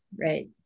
right